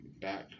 back